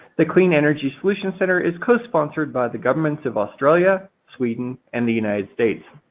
the clean energy solution center is cosponsored by the governments of australia, sweden and the united states.